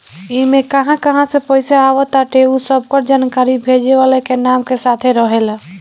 इमे कहां कहां से पईसा आवताटे उ सबकर जानकारी भेजे वाला के नाम के साथे रहेला